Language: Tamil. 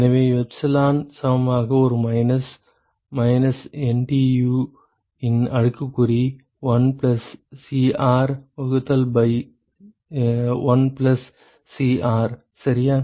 எனவே எப்சிலான் சமமாக ஒன்று மைனஸ் மைனஸ் NTU இன் அடுக்குக்குறி இண்டு 1 பிளஸ் Cr வகுத்தல் பை 1 பிளஸ் Cr சரியா